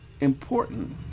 important